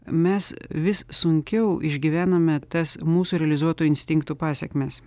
mes vis sunkiau išgyvename tas mūsų realizuotų instinktų pasekmes